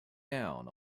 down